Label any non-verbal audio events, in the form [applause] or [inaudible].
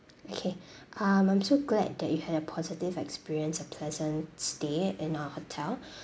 okay um I'm so glad that you had a positive experience a pleasant stay in our hotel [breath]